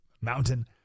mountain